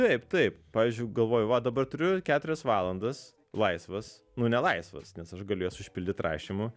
taip taip pavyzdžiui galvoju va dabar turiu keturias valandas laisvas nu nelaisvas nes aš galiu jas užpildyt rašymu